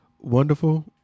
wonderful